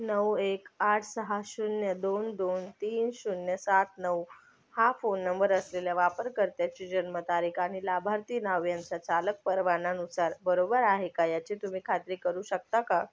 नऊ एक आठ सहा शून्य दोन दोन तीन शून्य सात नऊ हा फोन नंबर असलेल्या वापरकर्त्याची जन्मतारीख आणि लाभार्थी नाव यांचा चालक परवनानुसार बरोबर आहे का याची तुम्ही खात्री करू शकता का